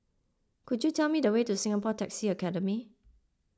could you tell me the way to Singapore Taxi Academy